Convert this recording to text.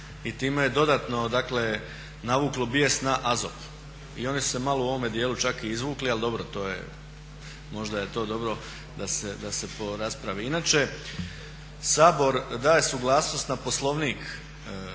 i time je dodatno dakle navuklo bijes na AZOP. I oni su se malo u ovome dijelu čak i izvukli, ali dobro, to je, možda je to dobro da se raspravi. Inače Sabor daje suglasnost na Poslovnik rada